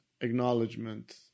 acknowledgement